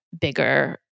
bigger